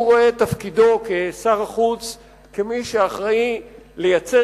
הוא רואה את תפקידו כשר החוץ כמי שאחראי לייצר